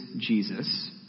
Jesus